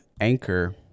Anchor